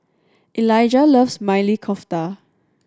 Eliga loves Maili Kofta